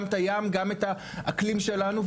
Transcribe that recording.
גם את הים וגם את האקלים שלנו,